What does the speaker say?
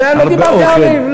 אבל באוכל.